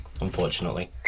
unfortunately